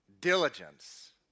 diligence